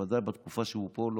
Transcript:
בוודאי בתקופה שהוא פה,